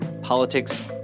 politics